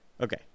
Okay